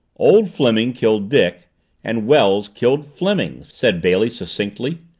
old fleming killed dick and wells killed fleming, said bailey succinctly.